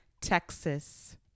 Texas